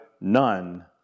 none